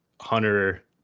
Hunter